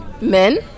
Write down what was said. Men